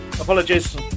Apologies